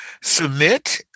submit